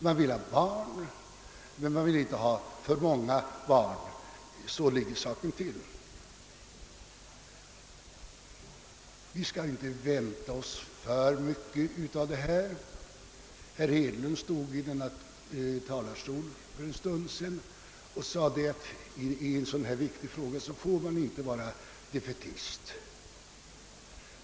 Man vill ha barn, det är sant, men man vill inte ha för många. Vi skall alltså inte vänta oss för myc ket av dessa åtgärder. Herr Hedlund sade för en stund sedan från denna talarstol att man i en sådan här viktig fråga inte får vara defaitist.